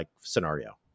scenario